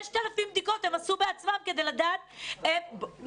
הם עשו בעצמם 6,000 בדיקות.